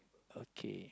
okay